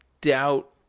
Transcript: doubt